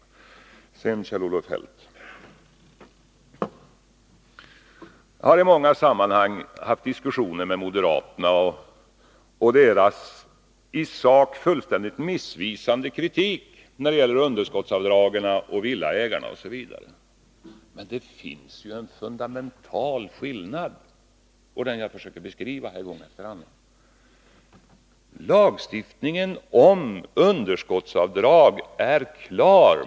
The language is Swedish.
Jag vill vidare säga till Kjell-Olof Feldt att jag i många sammanhang har fört diskussioner med moderaterna om deras i sak mycket missvisande kritik i fråga om villaägarnas underskottsavdrag osv. men att det på den punkten finns en fundamental skillnad som jag här gång efter annan försökt beskriva. Lagstiftningen om underskottsavdrag är klar.